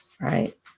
right